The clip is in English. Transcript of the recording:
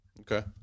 Okay